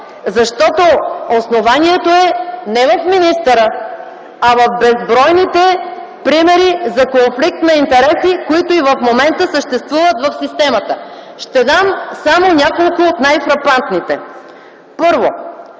защото основанието е не в министъра, а в безбройните примери за конфликт на интереси, които и в момента съществуват в системата. Ще дам само няколко от най-фрапантните